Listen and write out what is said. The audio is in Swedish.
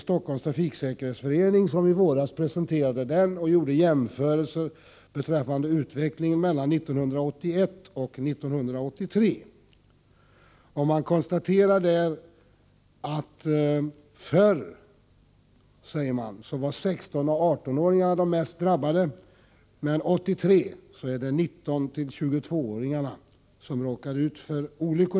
Stockholms Trafiksäkerhetsförening presenterade denna utredning i våras. Jämförelser gjordes beträffande utvecklingen under åren 1981-1983. I utredningen konstateras: ”Tidigare var 16-18-åringar de mest drabbade, men 1983 är det mest 19-22-åringar som råkat ut för olyckor”.